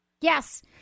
Yes